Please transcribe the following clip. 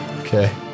Okay